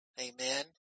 Amen